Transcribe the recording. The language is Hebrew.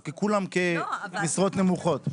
או כמשרות נמוכות.